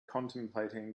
contemplating